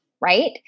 right